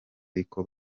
ariko